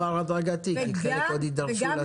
עם מעבר הדרגתי כי חלק עוד יידרשו לסיוע.